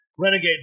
Renegade